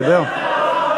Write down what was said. את מרשה לדבר?